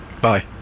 Bye